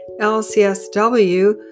LCSW